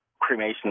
cremation